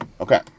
okay